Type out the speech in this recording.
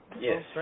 Yes